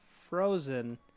frozen